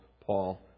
Paul